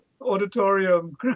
auditorium